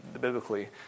biblically